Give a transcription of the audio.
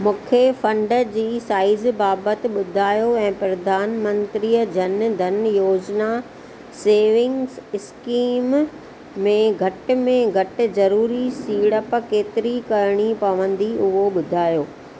मूंखे फ़ंड जी साइज़ बाबति ॿुधायो ऐं प्रधानमंत्रीअ जन धन योजना सेविंग्स इस्कीम में घटि में घटि ज़रूरी सीड़प केतिरी करणी पवंदी उहो ॿुधायो